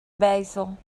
basil